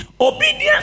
obedience